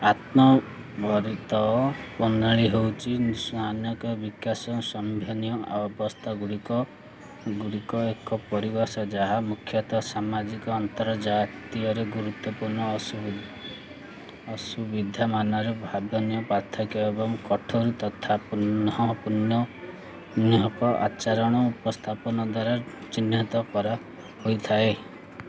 ଆତ୍ମମ୍ଭରିତ ବର୍ଣ୍ଣାଳୀ ହେଉଛି ଅନେକ ବିକାଶ ସନ୍ଧନିୟ ଅବସ୍ଥା ଗୁଡ଼ିକ ଗୁଡ଼ିକ ଏକ ପରିବେଶ ଯାହା ମୁଖ୍ୟତଃ ସାମାଜିକ ଅନ୍ତର୍ଜାତୀୟରେ ଗୁରୁତ୍ୱପୂର୍ଣ୍ଣ ଅସୁବିଧା ଅସୁବିଧାମାନର ଭାବନିୟ ପାର୍ଥକ୍ୟ ଏବଂ କଠୋର ତଥା ପୌନଃପୁନିକ ଆଚରଣ ଉପସ୍ଥାପନା ଦ୍ୱାରା ଚିହ୍ନିତ କରାହୋଇଥାଏ